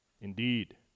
Indeed